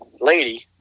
lady